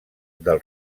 del